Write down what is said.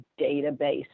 database